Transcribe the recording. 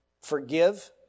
forgive